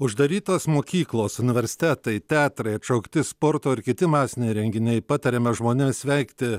uždarytos mokyklos universitetai teatrai atšaukti sporto ir kiti masiniai renginiai patariama žmonėms vengti